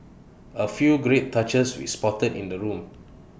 A few great touches we spotted in the room